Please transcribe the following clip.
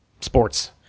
sports